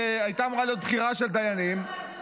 הייתה אמורה להיות בחירה של דיינים -- סתם עבדנו קשה.